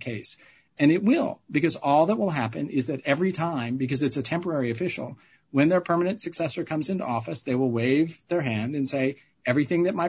case and it will because all that will happen is that every time because it's a temporary official when their permanent successor comes into office they will waive their hand and say everything that my